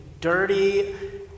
dirty